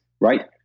right